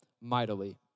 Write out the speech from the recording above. mightily